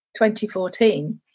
2014